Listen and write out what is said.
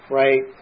right